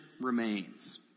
remains